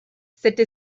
cette